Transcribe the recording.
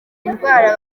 indwara